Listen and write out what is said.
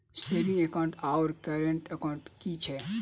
Saving account आओर current account की छैक?